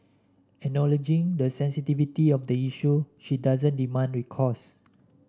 acknowledging the sensitivity of the issue she doesn't demand recourse